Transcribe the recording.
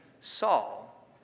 Saul